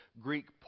Greek